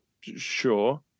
sure